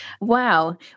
Wow